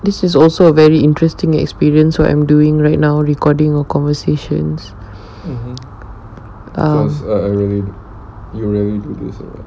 this is also a very interesting experience what I'm doing right now recording or conversations